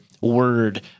word